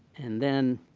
and then